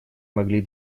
могли